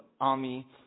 army